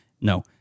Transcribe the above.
No